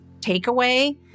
takeaway